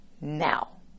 now